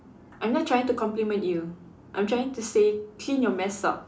I'm not trying to compliment you I'm trying to say clean your mess up